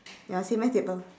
ya same my table